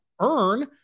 earn